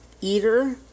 eater